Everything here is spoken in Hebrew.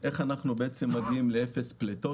איך אנחנו מגיעים לאפס פליטות,